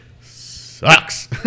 sucks